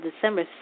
December